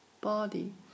body